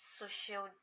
social